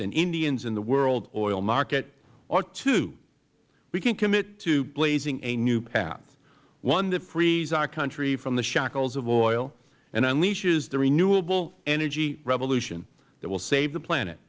and indians in the world oil market or two we can commit to blazing a new path one that frees our country from the shackles of oil and unleashes the renewable energy revolution that will save the planet